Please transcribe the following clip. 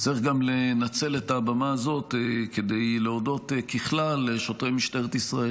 צריך גם לנצל את הבמה הזאת כדי להודות ככלל לשוטרי משטרת ישראל,